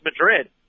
Madrid